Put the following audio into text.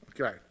Okay